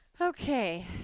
okay